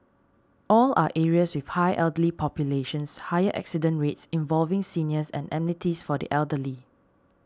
all are areas with high elderly populations higher accident rates involving seniors and amenities for the elderly